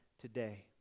today